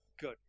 good